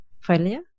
failure